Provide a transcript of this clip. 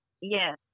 Yes